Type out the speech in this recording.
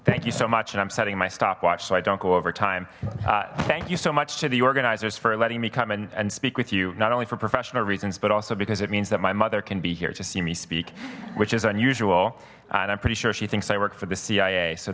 thank you so much and i'm setting my stopwatch so i don't go over time thank you so much to the organizers for letting me come in and speak with you not only for professional reasons but also because it means that my mother can be here to see me speak which is unusual and i'm pretty sure she thinks i work for the c